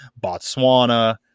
Botswana